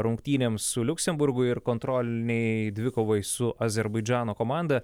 rungtynėms su liuksemburgu ir kontrolinei dvikovai su azerbaidžano komanda